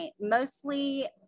mostly